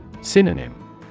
Synonym